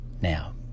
now